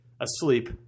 asleep